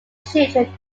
children